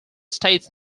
states